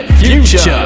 future